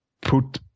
put